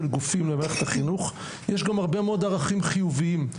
גופים למערכת החינוך יש גם הרבה מאוד ערכים חיוביים.